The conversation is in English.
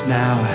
now